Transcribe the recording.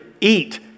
eat